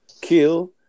kill